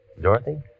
Dorothy